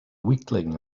weakling